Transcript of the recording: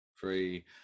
Three